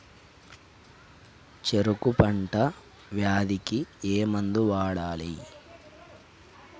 చెరుకు పంట వ్యాధి కి ఏ మందు వాడాలి?